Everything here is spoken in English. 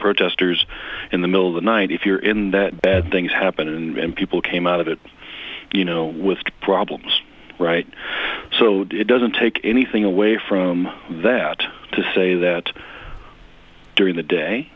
protesters in the middle of the night if you're in that bad things happen and people came out of it you know with problems right so it doesn't take anything away from that to say that during the day